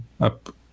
up